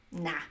nah